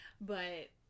But-